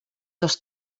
dels